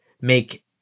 make